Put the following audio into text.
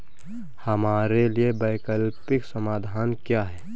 हमारे लिए वैकल्पिक समाधान क्या है?